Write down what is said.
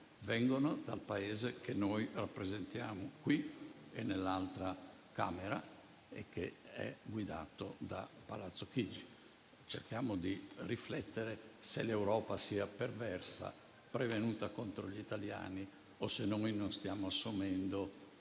Vengono dal Paese che noi rappresentiamo qui e nell'altra Camera e che è guidato da Palazzo Chigi. Cerchiamo di riflettere se l'Europa sia perversa, prevenuta contro gli italiani, o se noi non stiamo assumendo